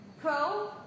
Pro